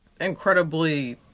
incredibly